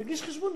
תגיש חשבונית.